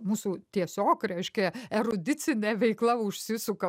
mūsų tiesiog reiškia erudicinė veikla užsisuka